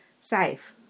safe